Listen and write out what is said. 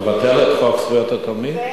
לבטל את חוק זכויות התלמיד?